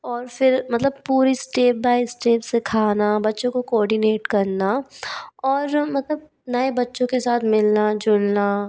और फिर मतलब पूरी स्टेप बाइ स्टेप सिखाना बच्चों को कोडीनेट करना और मतलब नए बच्चों के साथ मिलना जुलना